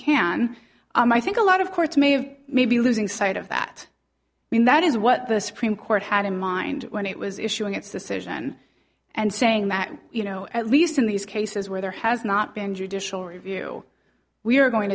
can i think a lot of courts may have may be losing sight of that mean that is what the supreme court had in mind when it was issuing its decision and saying that you know at least in these cases where there has not been judicial review we are going